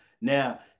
Now